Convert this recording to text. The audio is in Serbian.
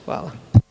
Hvala.